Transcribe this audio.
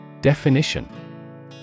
Definition